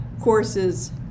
courses